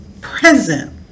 present